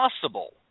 possible